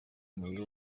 mubiri